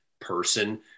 person